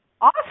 Awesome